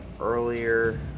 earlier